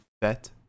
Bet